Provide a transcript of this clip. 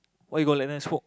why you go let them smoke